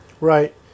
Right